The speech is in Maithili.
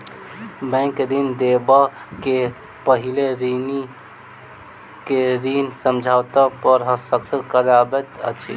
बैंक ऋण देबअ के पहिने ऋणी के ऋण समझौता पर हस्ताक्षर करबैत अछि